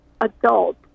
adult